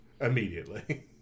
immediately